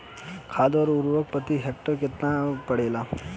खाध व उर्वरक प्रति हेक्टेयर केतना पड़ेला?